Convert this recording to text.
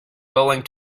willing